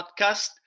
podcast